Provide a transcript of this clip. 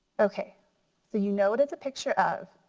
okay so you know what it's a picture of.